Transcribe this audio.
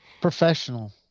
professional